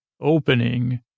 opening